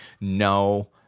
No